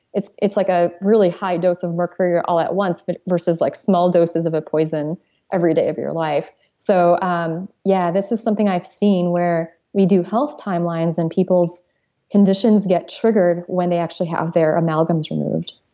it's it's like a really high dose of mercury all at once but versus like small doses of a poison everyday of your life so um yeah this is something i've seen where we do health timelines and people's conditions get triggered when they actually have their amalgams removed